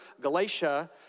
Galatia